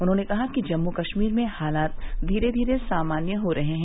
उन्होंने कहा कि जम्मू कस्मीर में हालात धीरे धीरे सामान्य हो रहे हैं